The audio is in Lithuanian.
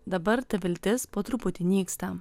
dabar ta viltis po truputį nyksta